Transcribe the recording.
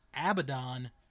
Abaddon